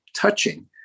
touching